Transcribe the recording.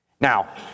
Now